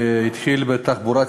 זה התחיל בתחבורה הציבורית,